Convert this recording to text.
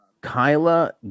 Kyla